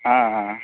ஆ ஆ